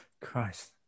christ